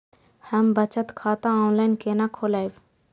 हम बचत खाता ऑनलाइन केना खोलैब?